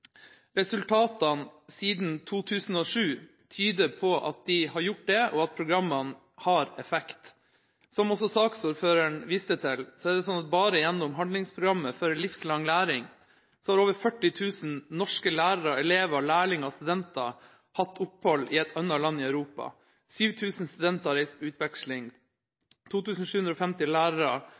Resultatene siden 2007 tyder på at de har gjort det, og at programmene har effekt. Som også saksordføreren viste til, har over 40 000 norske lærere, elever, lærlinger og studenter bare gjennom handlingsprogrammet for livslang læring hatt opphold i et annet land i Europa. 7 000 studenter har reist på utveksling. 2 750 lærere og ansatte har reist